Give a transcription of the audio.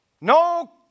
No